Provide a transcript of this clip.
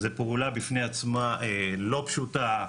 זו פעולה בפני עצמה לא פשוטה,